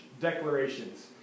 declarations